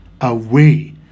away